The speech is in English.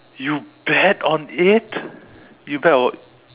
you bet on it you bet on what